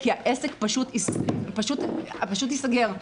כי העסק פשוט ייסגר.